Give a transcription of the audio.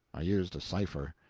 i used a cipher.